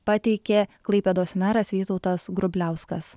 pateikė klaipėdos meras vytautas grubliauskas